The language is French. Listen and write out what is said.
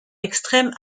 extrême